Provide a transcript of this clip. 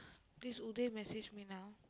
this Uday message me now